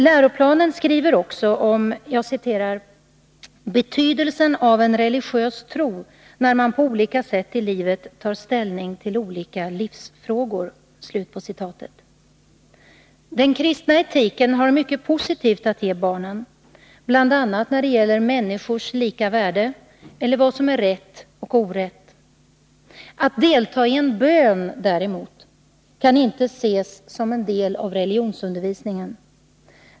Läroplanen skriver också om ”betydelsen av en religiös tro när man på olika sätt i livet tar ställning till olika livsfrågor”. i Den kristna etiken har mycket positivt att ge barnen, bl.a. när det gäller människors lika värde, eller vad som är rätt och orätt. Att delta i en bön däremot kan inte ses som en del av religionsundervisningen.